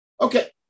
Okay